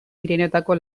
pirinioetako